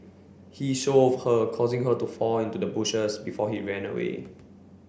he shove her causing her to fall into the bushes before he ran away